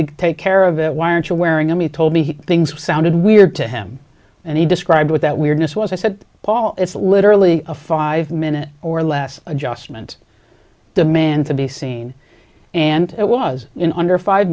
to take care of it why aren't you wearing on me told me he things sounded weird to him and he described what that weirdness was i said paul it's literally a five minute or less adjustment demand to be seen and it was in under five